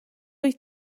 wyt